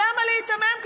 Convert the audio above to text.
למה להיתמם ככה,